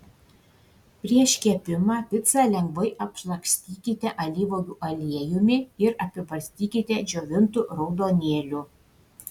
prieš kepimą picą lengvai apšlakstykite alyvuogių aliejumi ir apibarstykite džiovintu raudonėliu